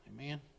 Amen